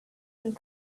and